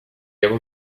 able